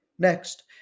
Next